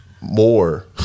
more